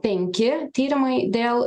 penki tyrimai dėl